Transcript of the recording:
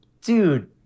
dude